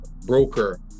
broker